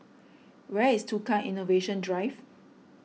where is Tukang Innovation Drive